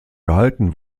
gehalten